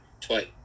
twice